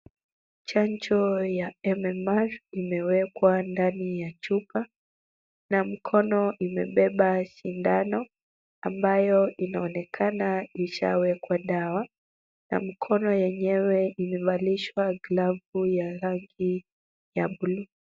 Chanjo ya MMR imewekwa ndani ya chupa na mkono imebeba sindano, ambayo inaonekana ishawekwa dawa na mkono yenyewe imevalishwa glavu ya rangi ya buluu.